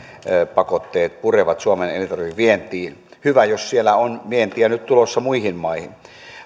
pakotteet purevat suomen elintarvikevientiin hyvä jos siellä on vientiä nyt tulossa muihin maihin